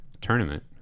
tournament